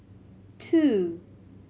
two